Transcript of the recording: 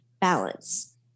balance